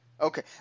Okay